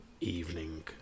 evening